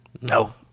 No